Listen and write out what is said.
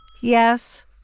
Yes